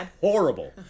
horrible